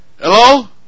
Hello